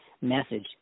message